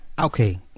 okay